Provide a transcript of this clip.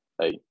Hey